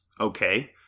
Okay